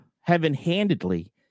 heaven-handedly